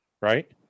right